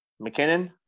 McKinnon